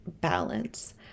balance